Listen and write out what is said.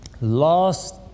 last